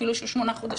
אפילו שהוא בן 8 חודשים,